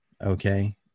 okay